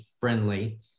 friendly